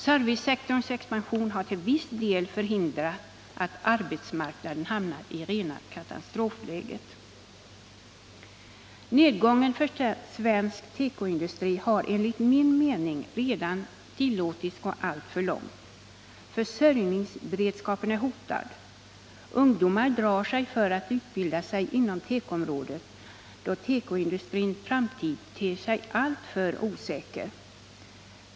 Servicesektorns expansion har till viss del förhindrat att arbetsmarknaden hamnat i rena katastrofläget. Nedgången för svensk tekoindustri har, enligt min mening, redan tillåtits gå alltför långt. Försörjningsberedskapen är hotad. Ungdomar drar sig för att utbilda sig inom tekoområdet, då tekoindustrins framtid ter sig alltför osäker.